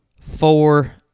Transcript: Four